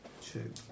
Two